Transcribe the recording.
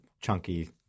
chunky